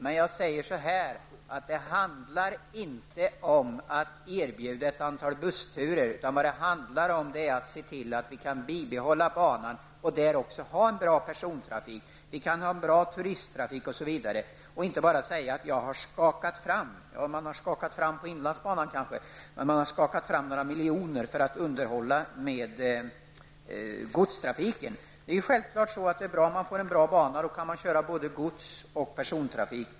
Men jag säger att det inte handlar om att erbjuda ett antal bussturer, utan vad det handlar om är att se till att vi kan bibehålla banan och ha en bra persontrafik, en bra turisttrafik, osv. Man kan inte bara säga att man har skakat fram -- på inlandsbanan kanske man har skakat fram -- några miljoner för att underhålla godstrafiken. Det är självklart att om man har en bra bana kan man köra både gods och personer.